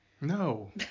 No